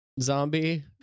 zombie